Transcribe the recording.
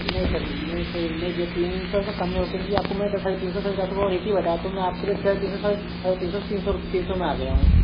नहीं सर नहीं सर नहीं भैया तीन सौ का कम नहीं होगा क्योंकि आपको मैंने साढ़े तीन सौ साढ़े चार सौ वाला एक ही बताया तो मैं आपके लिए साढ़े तीन सौ से साढ़े तीन से तीन सौ रु तीन सौ में आ गया हूँ